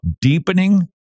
deepening